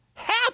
Half